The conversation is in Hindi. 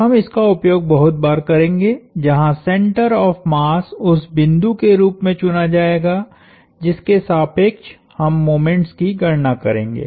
हम इसका उपयोग बहुत बार करेंगे जहां सेंटर ऑफ़ मास उस बिंदु के रूप में चुना जाएगा जिसके सापेक्ष हम मोमेंट्स की गणना करेंगे